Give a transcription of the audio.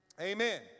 amen